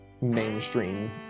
mainstream